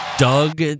Doug